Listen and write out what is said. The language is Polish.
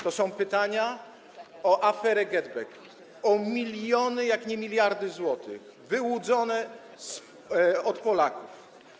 To są pytania o aferę GetBack, o miliony, jak nie miliardy, złotych wyłudzone od Polaków.